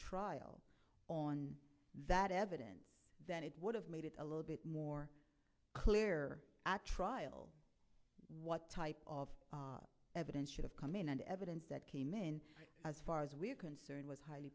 trial on that evidence then it would have made it a little bit more clear at trial what type of evidence should have come in and evidence that came in as far as we're concerned was highly